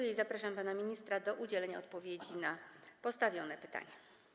I zapraszam pana ministra do udzielenia odpowiedzi na postawione pytanie.